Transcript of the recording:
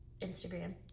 Instagram